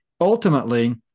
ultimately